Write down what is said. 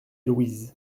louise